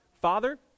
Father